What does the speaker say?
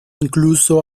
incluso